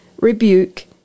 rebuke